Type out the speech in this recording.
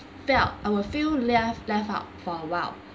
felt I will feel left left out for awhile